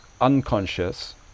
unconscious